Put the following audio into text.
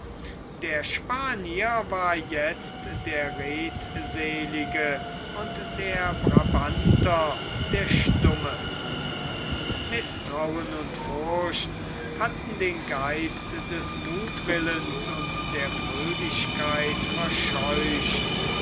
der spanier war jetzt der redselige und der brabanter der stumme mißtrauen und furcht hatten den geist des muthwillens und der fröhlichkeit verscheucht